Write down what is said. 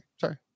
Sorry